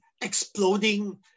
exploding